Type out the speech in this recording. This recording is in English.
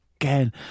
again